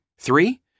Three